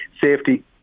safety